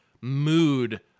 mood